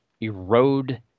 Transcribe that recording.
erode